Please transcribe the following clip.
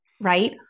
right